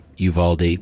Uvalde